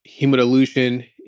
hemodilution